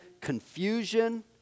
confusion